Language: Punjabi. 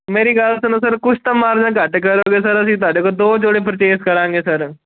ਮੇਰੀ ਗੱਲ ਸੁਣੋ ਸਰ ਕੁਛ ਤਾਂ ਮਾਰਜਨ ਘੱਟ ਕਰੋਂਗੇ ਸਰ ਅਸੀਂ ਤੁਹਾਡੇ ਕੋਲ ਦੋ ਜੋੜੇ ਪਰਚੇਸ ਕਰਾਂਗੇ ਸਰ